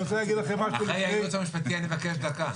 אחרי הייעוץ המשפטי אני מבקש דקה.